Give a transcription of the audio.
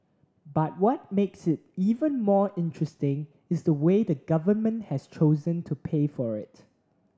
but what makes it even more interesting is the way the government has chosen to pay for it